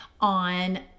on